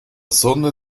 sonne